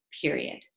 period